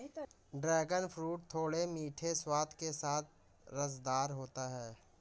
dragon fruit थोड़े मीठे स्वाद के साथ रसदार होता है